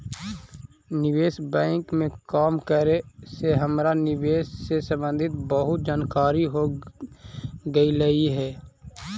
निवेश बैंक में काम करे से हमरा निवेश से संबंधित बहुत जानकारियाँ हो गईलई हे